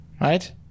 right